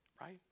right